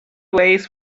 ways